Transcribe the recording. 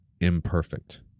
imperfect